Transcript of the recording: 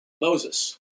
Moses